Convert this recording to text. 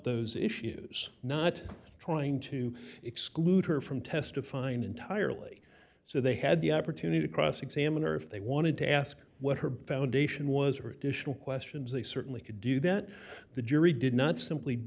those issues not trying to exclude her from testifying entirely so they had the opportune to cross examine her if they wanted to ask what her foundation was or additional questions they certainly could do that the jury did not simply